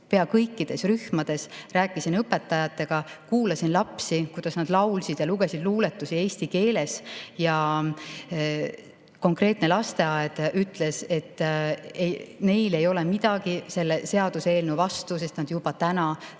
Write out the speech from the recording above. pea kõikides rühmades, rääkisin õpetajatega, kuulasin lapsi, kuidas nad laulsid ja lugesid luuletusi eesti keeles. See konkreetne lasteaed ütles, et neil ei ole midagi selle seaduseelnõu vastu, sest nad juba praegu